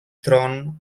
tron